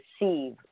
receive